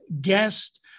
guest